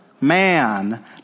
man